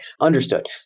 Understood